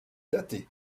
datée